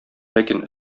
ләкин